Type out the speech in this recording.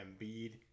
Embiid